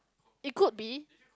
it could be